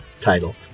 title